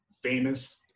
famous